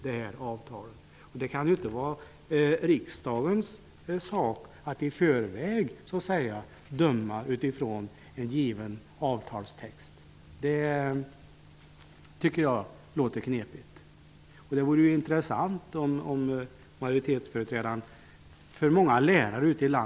Det kan inte vara riksdagens sak att i förväg bedöma detta utifrån en given avtalstext. Många lärare ute i landet ställer sig undrande när jag berättar om regeringens agerande.